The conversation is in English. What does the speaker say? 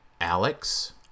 Alex